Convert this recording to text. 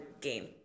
game